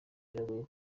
biragoye